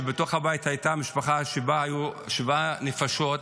כשבתוך הבית הייתה משפחה שבה היו שבע נפשות.